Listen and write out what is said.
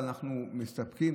אבל אנחנו מסתפקים,